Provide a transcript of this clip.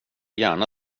gärna